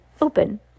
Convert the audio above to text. open